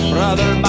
Brother